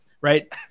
right